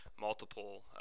multiple